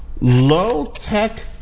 low-tech